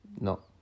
No